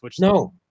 No